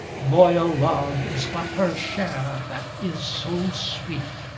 loyal love is but her share that is so sweet.